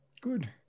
Good